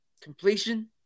completion